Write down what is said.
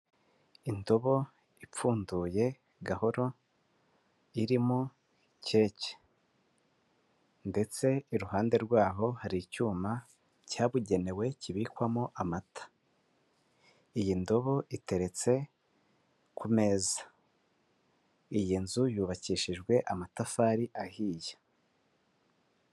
Indobo ipfunduye gahoro irimo keke ndetse iruhande rwaho hari icyuma cyabugenewe kibikwamo amata, iyi ndobo iteretse ku meza, iyi nzu yubakishijwe amatafari ahiye.